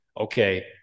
okay